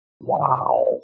Wow